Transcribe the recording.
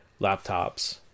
laptops